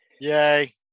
Yay